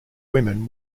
women